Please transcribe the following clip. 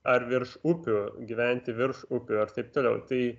ar virš upių gyventi virš upių ir taip toliau tai